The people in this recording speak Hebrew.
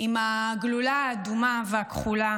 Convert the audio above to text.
עם הגלולה האדומה והכחולה,